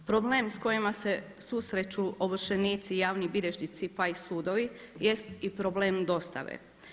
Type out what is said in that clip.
Problem s kojim se susreću ovršenici i javni bilježnici pa i sudovi jest i problem dostave.